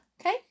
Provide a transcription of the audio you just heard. Okay